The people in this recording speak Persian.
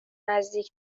نزدیک